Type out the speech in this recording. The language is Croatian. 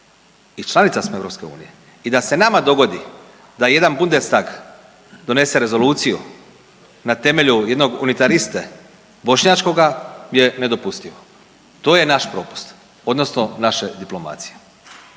i članica smo EU. I da se nama dogodi da jedan Bundestag donese rezoluciju na temelju jednog unitariste bošnjačkoga je nedopustivo. To je naš propust, odnosno naše diplomacije.